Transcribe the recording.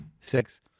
Six